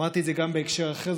אמרתי את זה גם בהקשר אחר,